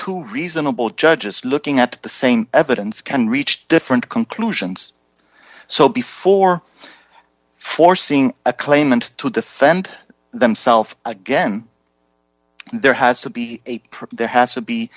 two reasonable judges looking at the same evidence can reach different conclusions so before forcing a claimant to defend themself again there has to be there has to be